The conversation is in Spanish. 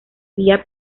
vía